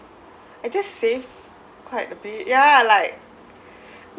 I just save quite a bit ya like